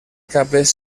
capes